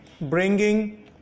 bringing